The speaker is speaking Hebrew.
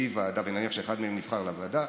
ונניח שאחד מהם נבחר לוועדה,